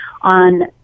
on